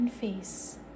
face